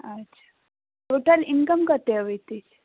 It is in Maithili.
अच्छा टोटल इनकम कतेक अबैत अछि